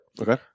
Okay